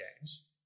games